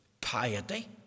piety